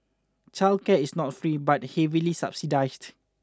childcare is not free but is heavily subsidised